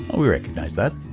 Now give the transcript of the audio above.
we recognize that.